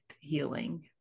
healing